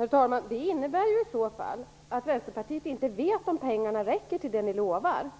Herr talman! Det innebär i så fall att Vänsterpartiet inte vet om pengarna räcker till det som ni lovar.